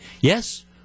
yes